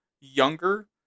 younger